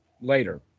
later